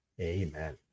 Amen